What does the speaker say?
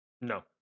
No